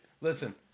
listen